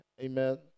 Amen